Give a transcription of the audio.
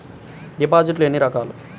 డిపాజిట్లు ఎన్ని రకాలు?